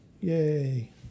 yay